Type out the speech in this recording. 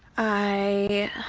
i